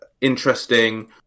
interesting